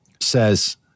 says